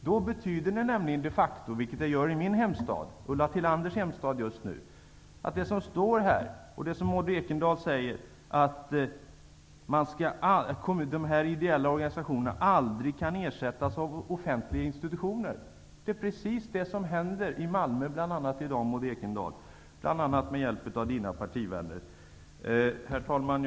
Då betyder det nämligen de facto, som i min hemstad och i Ulla Tillanders hemstad, att det som står här och det som Maud Ekendahl säger, att de ideella organisationerna aldrig kan ersättas av offentliga institutioner, händer bl.a. i Malmö i dag och med hjälp av bl.a. Herr talman!